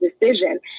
decision